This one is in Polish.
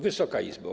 Wysoka Izbo!